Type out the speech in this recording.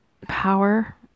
power